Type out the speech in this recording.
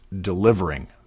delivering